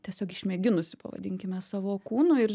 tiesiog išmėginusi pavadinkime savo kūnu ir